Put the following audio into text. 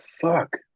fuck